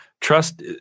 trust